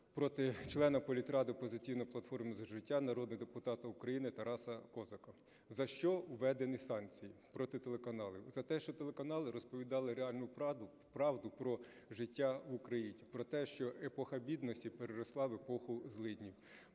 проти члена політради "Опозиційна платформа – За життя" народного депутата України Тараса Козака. За що введені санкції проти телеканалів? За те, що телеканали розповідали реальну правду про життя в Україні, про те, що епоха бідності переросла в епоху злиднів.